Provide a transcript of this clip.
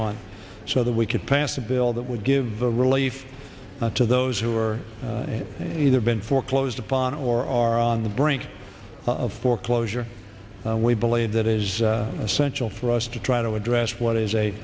month so that we could pass a bill that would give relief to those who are either been foreclosed upon or are on the brink of foreclosure we believe that is essential for us to try to address what is a